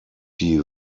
die